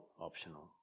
optional